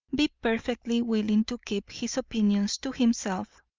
be perfectly willing to keep his opinions to himself,